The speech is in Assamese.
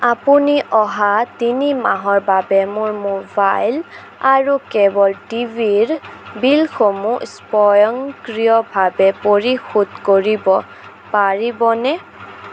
আপুনি অহা তিনি মাহৰ বাবে মোৰ মোবাইল আৰু কেব'ল টিভি ৰ বিলসমূহ স্বয়ংক্ৰিয়ভাৱে পৰিশোধ কৰিব পাৰিবনে